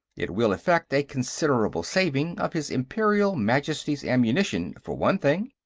it will effect a considerable saving of his imperial majesty's ammunition, for one thing.